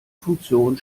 funktion